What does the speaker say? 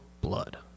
blood